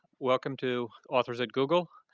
welcome to authors at google.